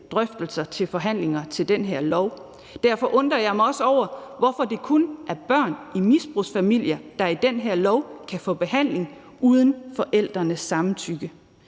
drøftelser i forhandlingerne om den her lov. Derfor undrer jeg mig også over, at det kun er børn i misbrugsfamilier, der i den her lov kan få behandling uden forældrenes samtykke.